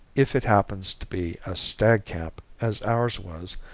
if it happens to be a stag camp as ours was,